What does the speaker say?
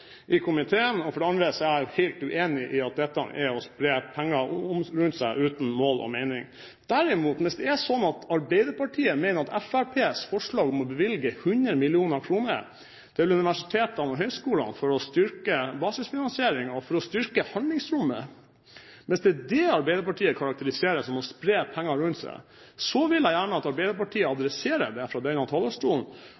i komiteen, og for det andre er jeg helt uenig i at dette er å spre penger rundt seg uten mål og mening. Hvis det derimot er sånn at Arbeiderpartiet mener at Fremskrittspartiets forslag om å bevilge 100 mill. kr til universitetene og høyskolene for å styrke basisfinansieringen og for å styrke handlingsrommet, er å spre rundt seg – hvis det er det Arbeiderpartiet karakteriserer som å spre penger rundt seg – vil jeg gjerne at Arbeiderpartiet